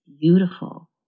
beautiful